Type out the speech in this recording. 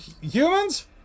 humans